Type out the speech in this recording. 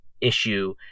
issue